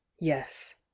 yes